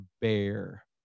Bear